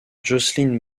jocelyn